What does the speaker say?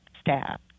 staff